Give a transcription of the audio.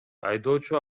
айдоочу